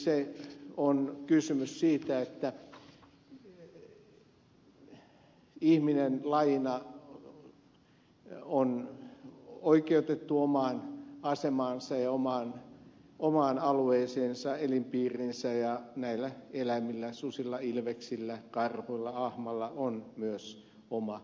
siinä on kysymys siitä että ihminen lajina on oikeutettu omaan asemaansa ja omaan alueeseensa elinpiiriinsä ja näillä eläimillä susilla ilveksillä karhuilla ahmalla on myös oma oikeutuksensa